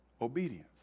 obedience